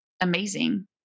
amazing